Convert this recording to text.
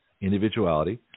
individuality